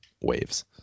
waves